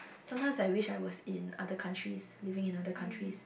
sometimes I wish I was in other countries living in other countries